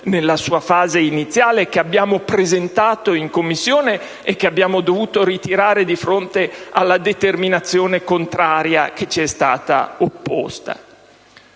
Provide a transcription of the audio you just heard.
nella sua fase iniziale, che abbiamo presentato in Commissione e che abbiamo dovuto ritirare di fronte alla determinazione contraria che ci è stata opposta.